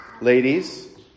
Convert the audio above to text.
Ladies